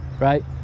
right